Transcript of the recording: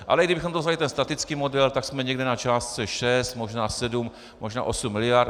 Ale i kdybychom vzali ten statický model, tak jsme někde na částce 6, možná 7, možná 8 mld.